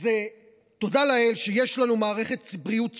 אז תודה לאל שיש לנו מערכת בריאות ציבורית,